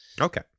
Okay